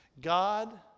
God